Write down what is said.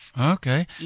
Okay